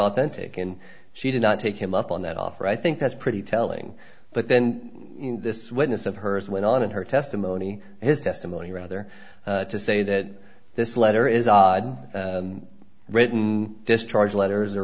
authentic and she did not take him up on that offer i think that's pretty telling but then this witness of hers went on in her testimony his testimony rather to say that this letter is odd written discharge letters